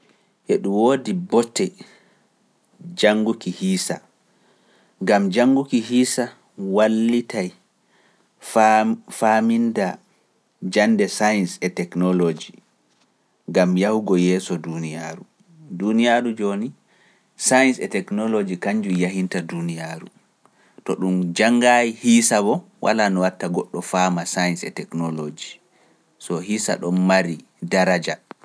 E ɗun woodi botte jannguki hiisa, gam jannguki hiisa wallitay faaminda jannde science e technology, gam yahugo yeeso duuniyaaru. Duuniyaaru jooni science e technology kanjum yahinta duuniyaaru, to ɗum jannga hiisa boo, walaa no watta goɗɗo faama science e technology, so hiisa ɗo mari daraja.